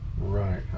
right